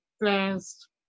last